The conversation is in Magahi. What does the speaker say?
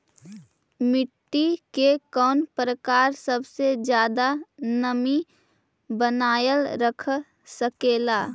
मिट्टी के कौन प्रकार सबसे जादा नमी बनाएल रख सकेला?